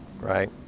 Right